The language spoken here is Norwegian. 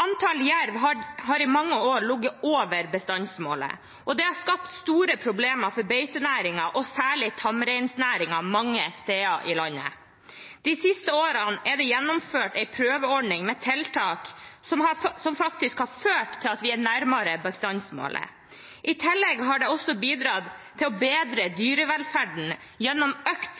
Antall jerv har i mange år ligget over bestandsmålet, og det har skapt store problemer for beitenæringen, og særlig tamreinnæringen, mange steder i landet. De siste årene er det gjennomført en prøveordning med tiltak, som faktisk har ført til at vi er nærmere bestandsmålet. I tillegg har det også bidratt til å bedre dyrevelferden gjennom økt